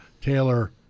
Taylor